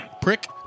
Prick